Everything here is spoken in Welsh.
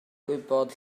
gwybod